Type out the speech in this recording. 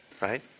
right